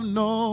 no